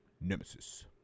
Nemesis